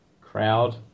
Crowd